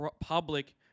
public